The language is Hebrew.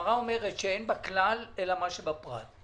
הגמרא אומרת שאין בכלל אלא במה שבפרט.